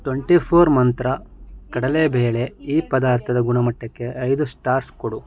twenty four Mantra ಕಡಲೆ ಬೇಳೆ ಈ ಪದಾರ್ಥದ ಗುಣಮಟ್ಟಕ್ಕೆ ಐದು ಸ್ಟಾರ್ಸ್ ಕೊಡು